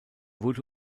wurde